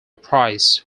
price